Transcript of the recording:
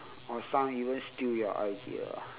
or some even steal your idea ah